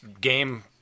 game